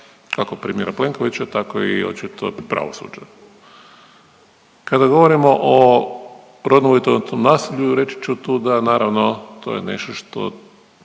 kako premijera Plenkovića tako i očito pravosuđa. Kada govorimo o rodno uvjetovanom nasilju reći ću tu da naravno to je nešto što